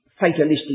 fatalistic